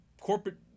corporate